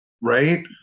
right